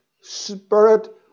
spirit